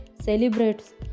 celebrates